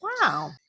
Wow